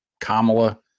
Kamala